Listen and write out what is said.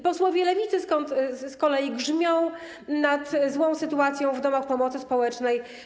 Posłowie Lewicy z kolei grzmią nad złą sytuacją w domach pomocy społecznej.